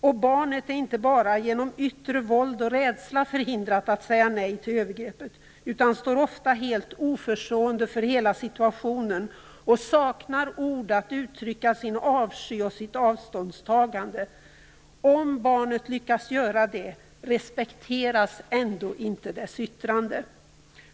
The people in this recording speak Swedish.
Och barnet är inte bara genom yttre våld och rädsla förhindrat att säga nej till övergreppet utan står ofta helt oförstående för hela situationen och saknar ord att uttrycka sin avsky och sitt avståndstagande. Om barnet lyckas göra det respekteras ändå inte dess yttrande.